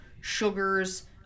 sugars